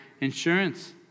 insurance